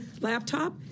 laptop